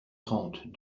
trente